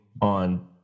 on